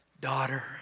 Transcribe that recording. Daughter